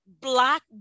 black